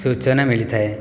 ସୂଚନା ମିଳିଥାଏ